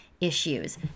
issues